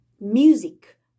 music